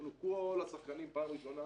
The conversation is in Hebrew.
ישבנו כל השחקנים פעם ראשונה